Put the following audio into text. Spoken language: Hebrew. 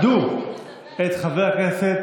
אנא כבדו את חבר הכנסת